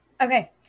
Okay